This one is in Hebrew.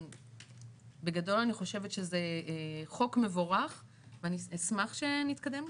בגדול, אני חושבת שזה חוק מבורך ואני אשמח שנתקדם.